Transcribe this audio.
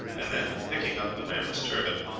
and then, picking up the man's turban,